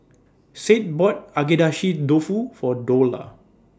Sade bought Agedashi Dofu For Dola